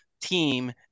team